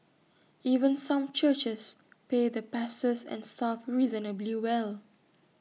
even some churches pay the pastors and staff reasonably well